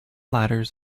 ladders